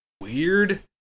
weird